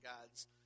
god's